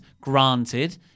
Granted